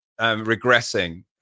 regressing